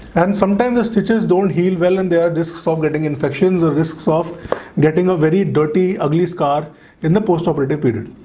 and sometimes the stitches don't heal well and they are just ah getting infections or risks of getting a very dirty, ugly scar in the post-operative period.